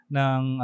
ng